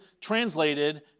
translated